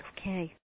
Okay